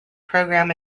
program